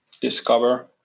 discover